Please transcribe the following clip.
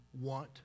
want